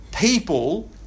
people